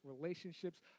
relationships